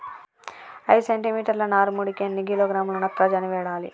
ఐదు సెంటి మీటర్ల నారుమడికి ఎన్ని కిలోగ్రాముల నత్రజని వాడాలి?